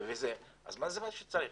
זה מה שצריך.